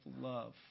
love